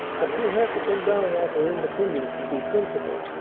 but she'll have to come down off her independence and be sensible.